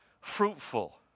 fruitful